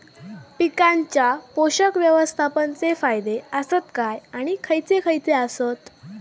पीकांच्या पोषक व्यवस्थापन चे फायदे आसत काय आणि खैयचे खैयचे आसत?